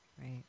Right